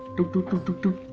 do do do do do.